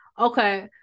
Okay